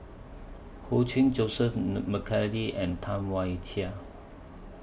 Ho Ching Joseph Mcnally and Tam Wai Jia